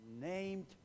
named